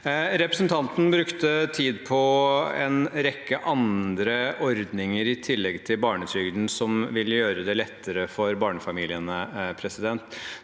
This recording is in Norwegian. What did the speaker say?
Representanten brukte tid på en rekke andre ordninger, i tillegg til barnetrygden, som vil gjøre det lettere for barnefamiliene.